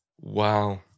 wow